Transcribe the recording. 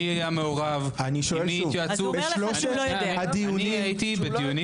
מי היה מעורב, עם מי התייעצו - אני הייתי בדיונים